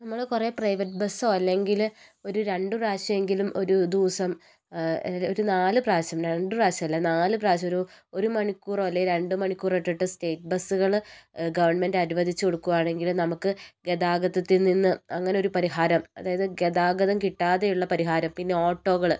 നമ്മൾ കുറെ പ്രൈവറ്റ് ബസ്സോ അല്ലെങ്കിൽ ഒരു രണ്ട് പ്രാവശ്യമെങ്കിലും ഒരു ദിവസം ഒരു നാല് പ്രാവശ്യം രണ്ട് പ്രാവിശ്യല്ല നാല് പ്രാവിശ്യം ഒരു ഒരു മണിക്കൂറോ അല്ലേൽ രണ്ട് മണിക്കൂറോ വിട്ടിട്ട് സ്റ്റേറ്റ് ബസ്സുകള് ഗവൺമെൻറ്റ് അനുവദിച്ച് കൊടുക്കുവാണെങ്കിൽ നമുക്ക് ഗതാഗതത്തിൽ നിന്ന് അങ്ങനെ ഒരു പരിഹാരം അതായത് ഗതാഗതം കിട്ടാതെയുള്ള പരിഹാരം പിന്നെ ഓട്ടോകൾ